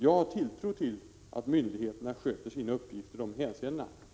Jag har tilltro till att myndigheterna sköter sina uppgifter i dessa hänseenden.